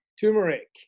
turmeric